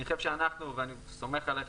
אני חושב שאנחנו צריכים ואני סומך עליכם,